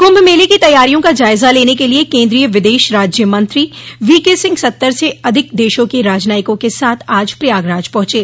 कुंभ मेले की तैयारियों का जायजा लेने के लिये केन्द्रीय विदेश राज्य मंत्री वीके सिंह सत्तर से अधिक देशों के राजनयिकों के साथ आज प्रयागराज पहुंचे